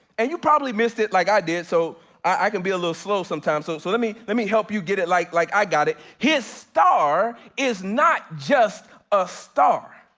and you probably missed it, like i did, so i can be a little slow sometimes. so so, let me let me help you get it, like, like i got it. his star is not just a star,